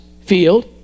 field